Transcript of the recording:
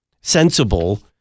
sensible